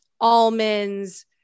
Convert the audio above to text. almonds